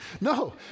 No